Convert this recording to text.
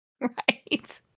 Right